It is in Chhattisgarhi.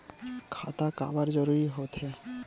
खाता काबर जरूरी हो थे?